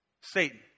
Satan